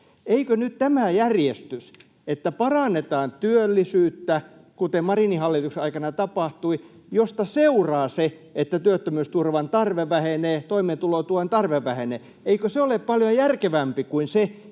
Eikö nyt tämä järjestys, että parannetaan työllisyyttä, kuten Marinin hallituksen aikana tapahtui, mistä seuraa se, että työttömyysturvan tarve vähenee, toimeentulotuen tarve vähene, ole paljon järkevämpi kuin se,